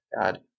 God